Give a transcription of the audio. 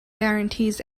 guarantees